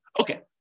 okay